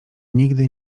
nigdy